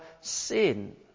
sin